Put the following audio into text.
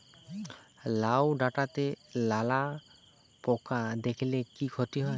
লাউ ডাটাতে লালা পোকা দেখালে কি ক্ষতি হয়?